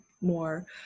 more